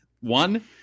one